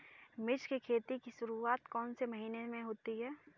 मिर्च की खेती की शुरूआत कौन से महीने में होती है?